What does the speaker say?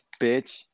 bitch